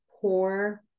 poor